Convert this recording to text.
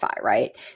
right